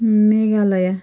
Meghalaya